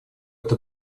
это